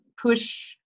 Push